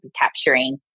capturing